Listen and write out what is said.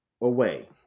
away